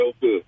good